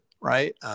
right